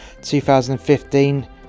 2015